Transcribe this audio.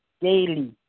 daily